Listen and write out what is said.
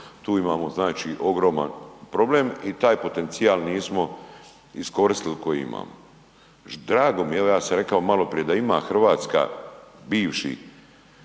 tu imamo ogroman problem i taj potencijal nismo iskoristili koji imamo. Drago mi je, evo ja sam maloprije rekao da ima Hrvatska bivši